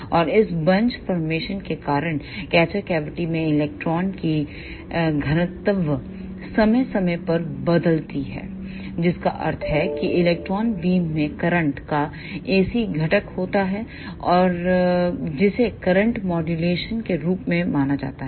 और इस bunch formation के कारण कैचर कैविटी में इलेक्ट्रॉन की घनत्व समय समय पर बदलती रहती है जिसका अर्थ है कि इलेक्ट्रॉन बीम में करंट काAC घटक होता है जिसे करंट माड्यूलेशन के रूप में जाना जाता है